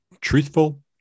truthful